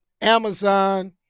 Amazon